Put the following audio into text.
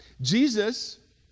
Jesus